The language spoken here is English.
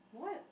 what